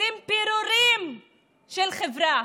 רוצים פירורים של חברה,